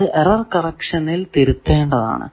അത് എറർ കറക്ഷനിൽ തിരുത്തേണ്ടതാണ്